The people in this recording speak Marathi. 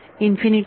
इन्फिनिटी